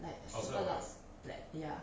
like sort of black ya